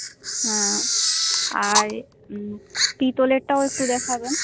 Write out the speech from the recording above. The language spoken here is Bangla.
হুম আর পিতলেরটাও একটু দেখাবেন